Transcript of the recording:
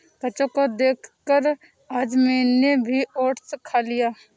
बच्चों को देखकर आज मैंने भी ओट्स खा लिया